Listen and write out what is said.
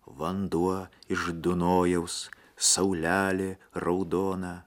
vanduo iš dunojaus saulelė raudona